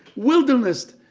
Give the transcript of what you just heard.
wilderness.